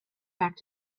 back